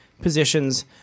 positions